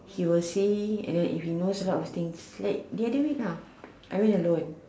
she will see and then if she will know a lot of things like the other week nah I mean alone